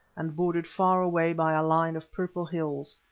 and bordered far away by a line of purple hills,